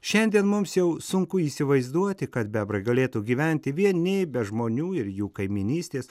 šiandien mums jau sunku įsivaizduoti kad bebrai galėtų gyventi vieni be žmonių ir jų kaimynystės